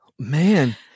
Man